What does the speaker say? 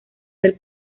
del